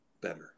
better